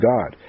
God